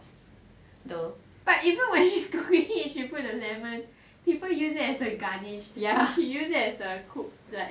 but even when she's cooking she put the lemon people use it as a garnish but she use it as a cook like